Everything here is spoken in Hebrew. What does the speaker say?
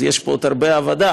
אז יש פה עוד הרבה עבודה,